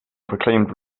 proclaimed